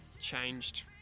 changed